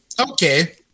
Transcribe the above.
okay